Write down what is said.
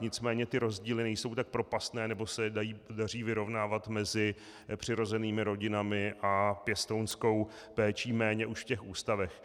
Nicméně ty rozdíly nejsou tak propastné, nebo se je daří vyrovnávat mezi přirozenými rodinami a pěstounskou péčí, méně už v těch ústavech.